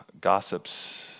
Gossips